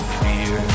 fear